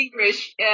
English